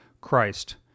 Christ